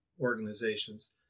organizations